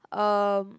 um